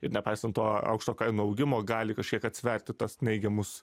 ir nepaisant to aukšto kainų augimo gali kažkiek atsverti tuos neigiamus